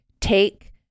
take